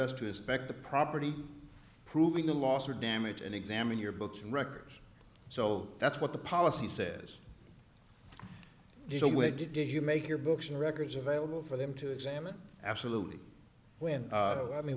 us to inspect the property proving the loss or damage and examine your books and records so that's what the policy says so where did you make your books and records available for them to examine absolutely when i mean